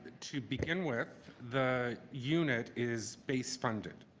to begin with, the unit is based funded.